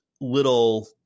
little